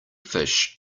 fish